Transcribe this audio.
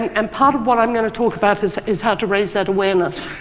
and part of what i'm going to talk about is is how to raise that awareness.